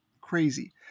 crazy